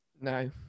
No